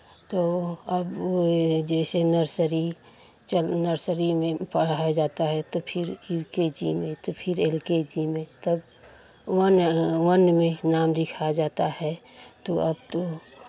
तो अब वो जैसे नर्सरी चल नर्सरी में पढ़ाया जाता है तो फिर यू के जी में तो फिर एल के जी में तब वन वन में नाम लिखाया जाता है तो अब तो